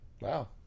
Wow